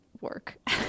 work